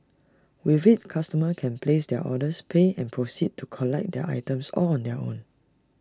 with IT customers can place their orders pay and proceed to collect their items all on their own